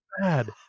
bad